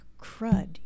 crud